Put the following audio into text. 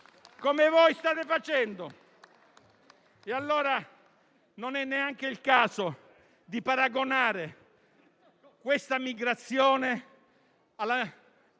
come voi state facendo. Non è neanche il caso di paragonare questa migrazione alla